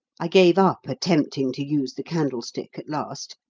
i gave up attempting to use the candlestick at last,